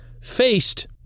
faced